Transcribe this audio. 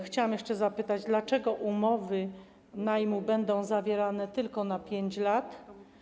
Chciałabym jeszcze zapytać, dlaczego umowy najmu będą zawierane tylko na 5 lat.